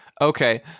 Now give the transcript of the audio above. Okay